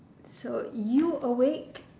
so you awake